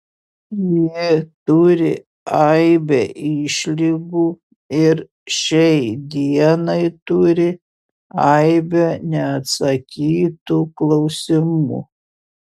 ji turi aibę išlygų ir šiai dienai turi aibę neatsakytų klausimų